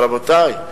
אבל, רבותי,